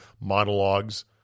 monologues